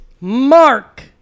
Mark